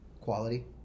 quality